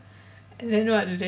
and then what do they